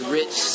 rich